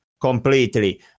completely